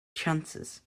chances